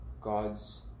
God's